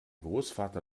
großvater